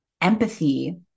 empathy